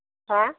हा